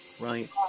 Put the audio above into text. right